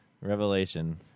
Revelation